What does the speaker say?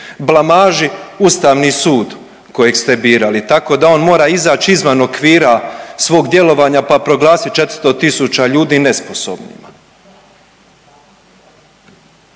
blamaži Ustavni sud kojeg ste birali tako da on mora izać izvan okvira svog djelovanja pa proglasit 400.000 ljudi nesposobnima.